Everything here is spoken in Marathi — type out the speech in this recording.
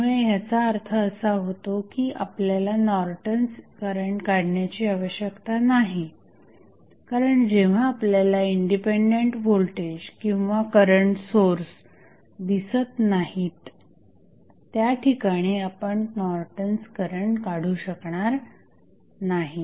त्यामुळे याचा अर्थ असा होतो की आपल्याला नॉर्टन्स करंट काढण्याची आवश्यकता नाही कारण जेव्हा आपल्याला इंडिपेंडंट व्होल्टेज किंवा करंट सोर्स दिसत नाहीत त्या ठिकाणी आपण नॉर्टन्स करंट काढू शकणार नाही